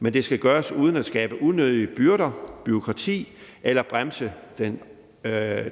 men det skal gøres uden at skabe unødige byrder, bureaukrati eller bremse